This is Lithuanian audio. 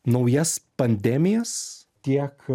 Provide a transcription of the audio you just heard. naujas pandemijas tiek